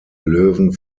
löwen